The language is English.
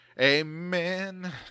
Amen